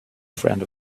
friend